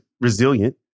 resilient